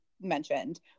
mentioned